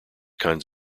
kinds